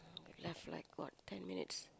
left like what ten minutes